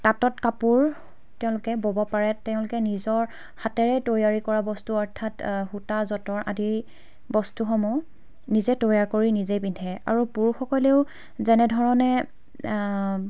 তাঁতত কাপোৰ তেওঁলোকে ব'ব পাৰে তেওঁলোকে নিজৰ হাতেৰে তৈয়াৰী কৰা বস্তু অৰ্থাৎ সূতা যঁতৰ আদি বস্তুসমূহ নিজে তৈয়াৰ কৰি নিজে পিন্ধে আৰু পুৰুষসকলেও যেনেধৰণে